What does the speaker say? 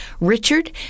Richard